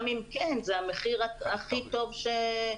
גם אם כן זה המחיר הכי טוב שמושג.